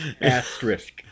Asterisk